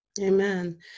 Amen